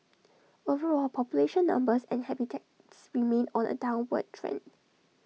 overall population numbers and habitats remain on A downward trend